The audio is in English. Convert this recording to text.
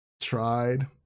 Tried